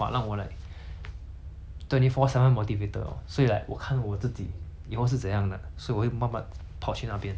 所以 like 我看我自己以后是怎样的所以我会慢慢跑去那边因为那个 goal 我不可能不见掉